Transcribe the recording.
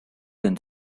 than